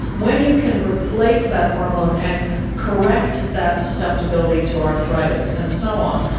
when you can replace that hormone and correct that susceptibility to arthritis and so on,